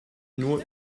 nur